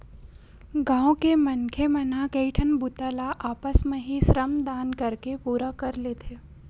गाँव के मनखे मन ह कइठन बूता ल आपस म ही श्रम दान करके पूरा कर लेथे